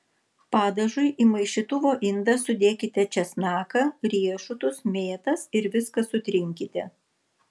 padažui į maišytuvo indą sudėkite česnaką riešutus mėtas ir viską sutrinkite